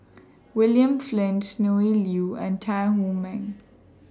William Flint Sonny Liew and Tan Wu Meng